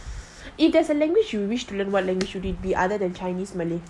if there's a language you wish to learn what language would it be other than chinese malay